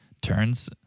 Turns